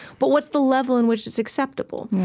but what's the level in which it's acceptable?